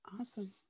awesome